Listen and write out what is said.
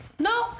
No